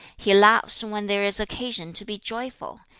he laughs when there is occasion to be joyful,